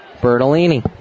Bertolini